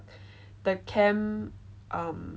the camp um